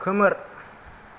खोमोर